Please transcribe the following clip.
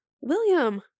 William